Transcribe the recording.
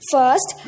First